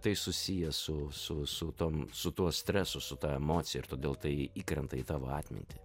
tai susiję su su su tom su tuo stresu su ta emocija ir todėl tai įkrenta į tavo atmintį